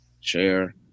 share